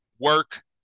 work